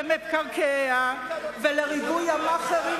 זו מפלגה שאת עדיין יושבת אתה בכנסת.